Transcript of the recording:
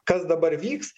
kas dabar vyks